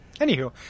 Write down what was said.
Anywho